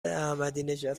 احمدینژاد